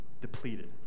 depleted